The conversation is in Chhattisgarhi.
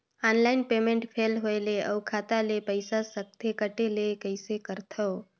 ऑनलाइन पेमेंट फेल होय ले अउ खाता ले पईसा सकथे कटे ले कइसे करथव?